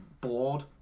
bored